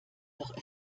doch